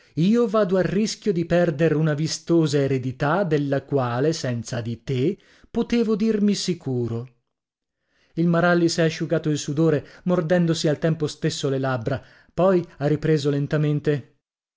io vado a rischio di perder una vistosa eredità della quale senza di te potevo dirmi sicuro il maralli s'è asciugato il sudore mordendosi al tempo stesso le labbra poi ha ripreso lentamente